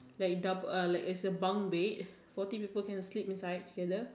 like a double like uh as a bunk bed forty people can sleep inside together